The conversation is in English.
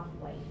white